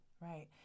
right